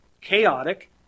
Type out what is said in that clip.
chaotic